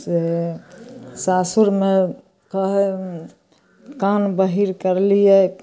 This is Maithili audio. से सासुरमे कान कान बहीर कर लियै